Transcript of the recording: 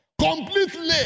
Completely